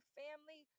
family